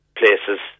places